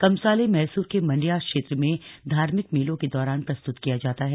कमसाले मैसूर के मन्डया क्षेत्र में धार्मिक मेलों के दौरान प्रस्तुत किया जाता है